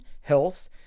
health